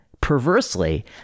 perversely